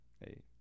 Hey